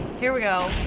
here we go.